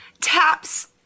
taps